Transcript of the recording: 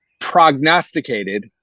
prognosticated